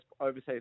overseas